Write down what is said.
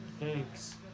Thanks